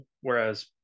whereas